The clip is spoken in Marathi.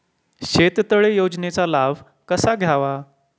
शेततळे योजनेचा लाभ कसा घ्यावा?